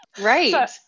Right